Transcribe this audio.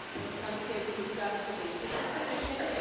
and some kids moved up to basic to proficient, and